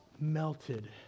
melted